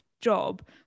job